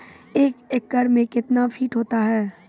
एक एकड मे कितना फीट होता हैं?